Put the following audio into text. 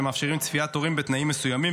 שמאפשרים צפיית הורים בתנאים מסוימים,